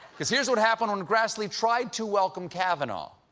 because here's what happened when grassley tried to welcome kavanaugh.